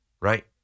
right